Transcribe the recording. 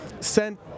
sent